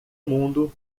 mundo